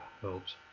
helps